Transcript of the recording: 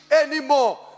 Anymore